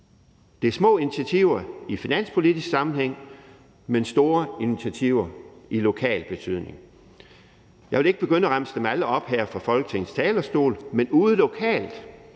Det er små initiativer i finanspolitisk sammenhæng, men store initiativer i lokal betydning. Kl. 10:13 Jeg vil ikke begynde at remse dem alle op her fra Folketingets talerstol, men ude lokalt